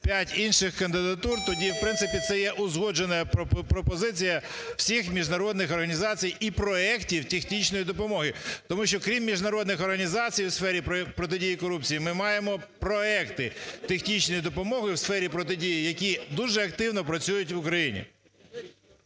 4, 5 інших кандидатур, тоді, в принципі, це є узгоджена пропозиція всіх міжнародних організацій і проектів технічної допомоги, тому що, крім міжнародних організацій у сфері протидії корупції, ми маємо проекти технічної допомоги у сфері протидії, які дуже активно працюють в Україні.